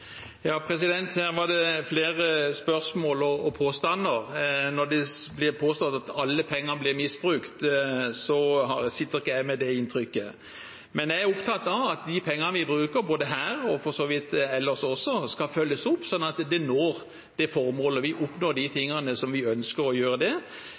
Her var det flere spørsmål og påstander. Når det blir påstått at alle pengene blir misbrukt, sitter ikke jeg med det inntrykket, men jeg er opptatt av at de pengene vi bruker, både her og for så vidt ellers også, skal følges opp, sånn at det når formålet og vi oppnår de tingene vi ønsker. I dette tilfellet ønsker vi å bygge opp det